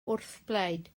wrthblaid